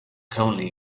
currently